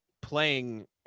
playing